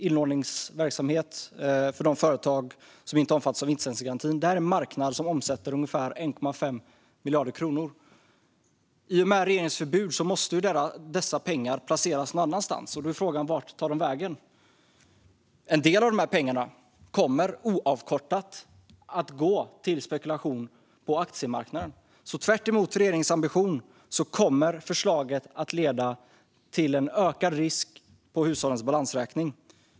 Inlåningsverksamheten för de företag som inte omfattas av insättningsgarantin är en marknad som omsätter ungefär 1,5 miljarder kronor. I och med regeringens förbud måste dessa pengar placeras någon annanstans, och då är frågan vart de tar vägen. En del av pengarna kommer oavkortat att gå till spekulation på aktiemarknaden, så tvärtemot regeringens ambition kommer förslaget att leda till ökad risk i hushållens balansräkning.